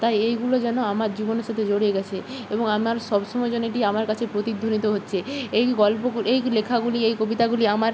তাই এইগুলো যেন আমার জীবনের সাথে জড়িয়ে গিয়েছে এবং আমার সবসময় যেন এটি আমার কাছে প্রতিধ্বনিত হচ্ছে এই গল্পগু এই গ্ লেখাগুলি এই কবিতাগুলি আমার